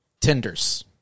Tenders